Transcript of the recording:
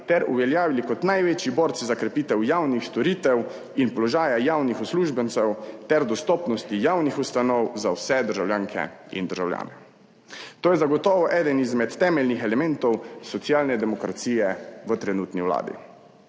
ter uveljavili kot največji borci za krepitev javnih storitev in položaja javnih uslužbencev ter dostopnosti javnih ustanov za vse državljanke in državljane. To je zagotovo eden izmed temeljnih elementov socialne demokracije v trenutni vladi.